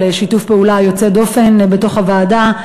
על שיתוף פעולה יוצא דופן בתוך הוועדה.